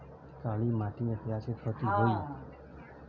काली माटी में प्याज के खेती होई?